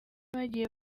bagiye